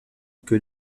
que